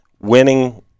winning –